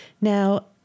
Now